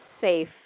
safe